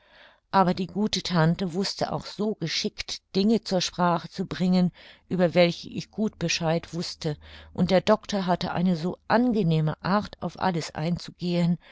aber die gute tante wußte auch so geschickt dinge zur sprache zu bringen über welche ich gut bescheid wußte und der doctor hatte eine so angenehme art auf alles einzugehen